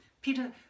Peter